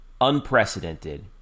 unprecedented